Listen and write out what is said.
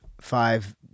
five